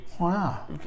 wow